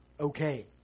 okay